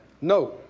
No